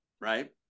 right